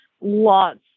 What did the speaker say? lots